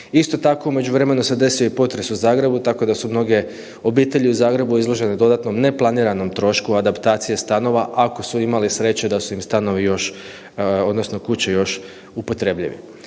Isto tako, u međuvremenu se desio i potres u Zagrebu, tako da su mnoge obitelji u Zagrebu izložene dodatnom neplaniranom trošku adaptacije stanova, ako su imali sreće da su im stanovi još, odnosno kuće još upotrebljivi.